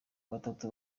batatu